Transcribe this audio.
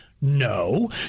No